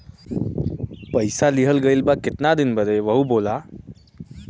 पइसा लिहल गइल बा केतना दिन बदे वहू होला